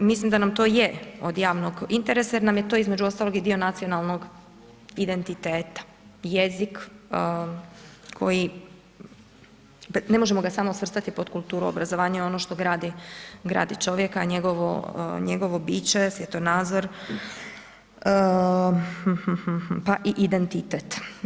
Mislim da nam to je od javnog interesa jer nam je to između ostaloga i dio nacionalnog identiteta jezik koji ne možemo ga samo svrstati pod kulturu obrazovanja ono što gradi čovjeka, a njegovo biće, svjetonadzor pa i identiteta.